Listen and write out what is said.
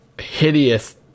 hideous